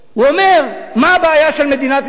הוא אומר: מה הבעיה של מדינת ישראל?